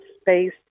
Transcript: space